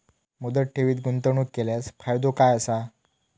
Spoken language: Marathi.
मुदत ठेवीत गुंतवणूक केल्यास फायदो काय आसा?